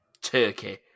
Turkey